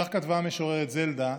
כך כתבה המשוררת זלדה,